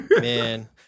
Man